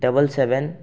double seven